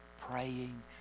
praying